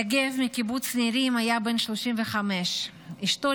יגב מקיבוץ נירים היה בן 35. אשתו,